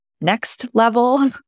next-level